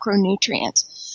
macronutrients